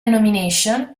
nomination